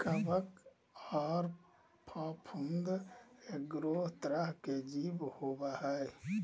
कवक आर फफूंद एगो तरह के जीव होबय हइ